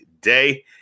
day